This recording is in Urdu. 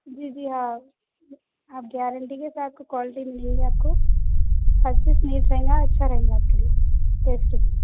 جی جی ہاؤ آپ گارنٹی کے ساتھ کہ کوالٹی ملے گی آپ کو ہر چیز نیٹ رہیں گا اچھا رہیں گا آپ کے لیے ٹیسٹی